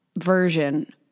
version